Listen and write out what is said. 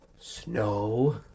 snow